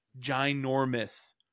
ginormous